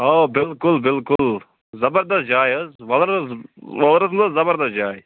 اوا بِلکُل بِلکُل زبردَس جاے حظ وۅلُر حظ وۅلُر گوٚو زبردَس جاے